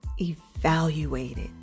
evaluated